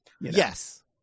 Yes